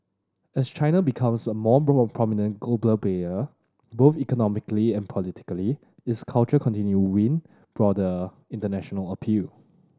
as China becomes a more prominent global player both economically and politically its culture continue win broader international appeal